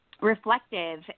reflective